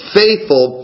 faithful